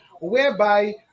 whereby